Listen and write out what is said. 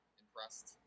impressed